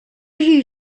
you